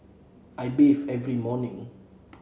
I bathe every morning